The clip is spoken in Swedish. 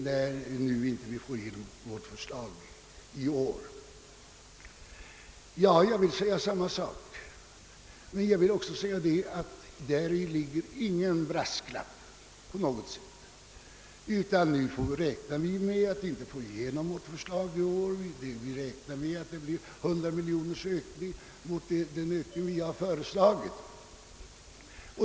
Jag instämmer i vad herr Wedén sade, men det är absolut inte fråga om någon brasklapp. Vi måste räkna med att inte få igenom vårt förslag i år; ökningen av u-hjälpen kommer att bli 100 miljoner kronor i stället för 200 miljoner kronor som vi föreslagit.